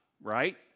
right